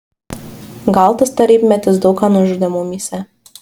gal tas tarybmetis daug ką nužudė mumyse